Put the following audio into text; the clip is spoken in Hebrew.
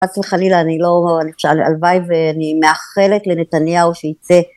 חס וחלילה אני לא, אני חושבת, הלוואי, ואני מאחלת לנתניהו שיצא